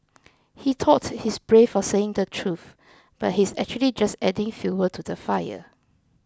he thought he's brave for saying the truth but he's actually just adding fuel to the fire